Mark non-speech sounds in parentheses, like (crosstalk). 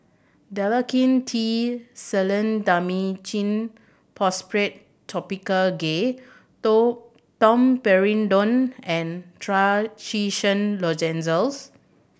Dalacin T Clindamycin Phosphate Topical Gel (unintelligible) Domperidone and Trachisan Lozenges